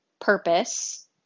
purpose